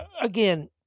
again